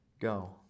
go